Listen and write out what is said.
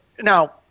Now